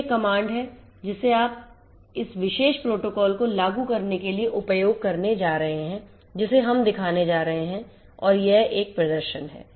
तो यह कमांड है जिसे आप इस विशेष प्रोटोकॉल को लागू करने के लिए उपयोग करने जा रहे हैं जिसे हम दिखाने जा रहे हैं और यह एक प्रदर्शन है